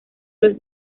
los